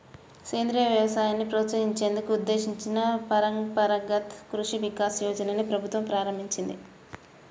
సేంద్రియ వ్యవసాయాన్ని ప్రోత్సహించేందుకు ఉద్దేశించిన పరంపరగత్ కృషి వికాస్ యోజనని ప్రభుత్వం ప్రారంభించింది